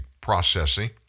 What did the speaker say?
processing